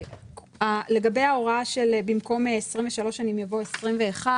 אז זה יהיה עד 2025. לגבי ההוראה של במקום 23 שנים יבוא 21,